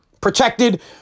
Protected